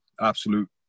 Absolute